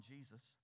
Jesus